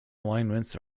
alignments